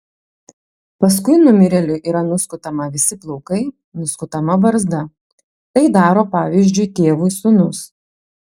paskui numirėliui yra nuskutama visi plaukai nuskutama barzda tai daro pavyzdžiui tėvui sūnus